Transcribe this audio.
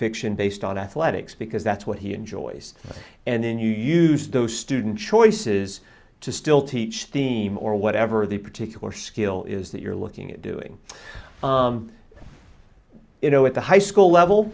fiction based on athletics because that's what he enjoys and then you use those student choices to still teach theme or whatever the particular skill is that you're looking at doing you know at the high school